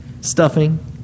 stuffing